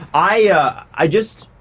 i ah, i just,